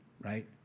right